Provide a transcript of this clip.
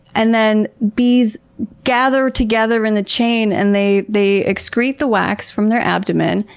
and then bees gather together in the chain and they they excrete the wax from their abdomen,